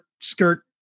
skirt